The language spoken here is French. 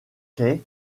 est